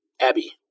Abby